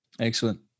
excellent